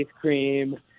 cream